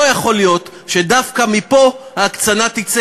לא יכול להיות שדווקא מפה תצא ההקצנה,